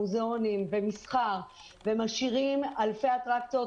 מוזיאונים ומסחר ומשאירים אלפי אטרקציות